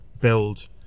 build